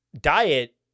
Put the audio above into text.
diet